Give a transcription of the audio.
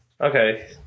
Okay